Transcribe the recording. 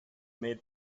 made